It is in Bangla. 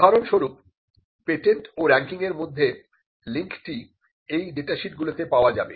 উদাহরণস্বরূপ পেটেন্ট ও রেংকিংয়ের মধ্যে লিংকটি এই ডেটাশীটগুলিতে পাওয়া যাবে